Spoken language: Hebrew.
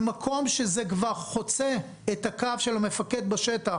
במקום שזה כבר חוצה את הקו של המפקד בשטח,